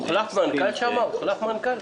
הוחלף שם מנכ"ל?